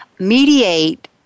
mediate